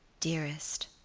dearest,